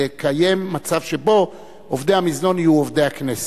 לעולם לא נוכל לקיים מצב שבו עובדי המזנון יהיו עובדי הכנסת.